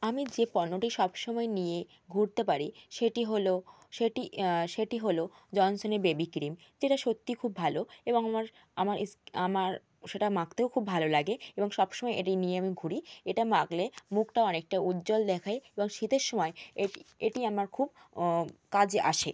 আমি যে পণ্যটি সবসময় নিয়ে ঘুরতে পারি সেটি হলো সেটি সেটি হলো জনসনের বেবি ক্রিম যেটা সত্যিই খুব ভালো এবং আমার আমার আমার সেটা মাখতেও খুব ভালো লাগে এবং সবসময় এটি নিয়ে আমি ঘুরি এটা মাখলে মুখটা অনেকটা উজ্জ্বল দেখায় এবং শীতের সময় এটি এটি আমার খুব কাজে আসে